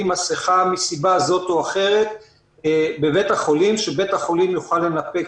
מסכה מסיבה זו או אחרת בבית החולים שבית החולים יוכל לנפק